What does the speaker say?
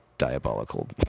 diabolical